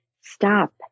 Stop